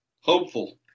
Hopeful